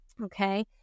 Okay